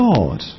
God